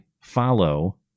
follow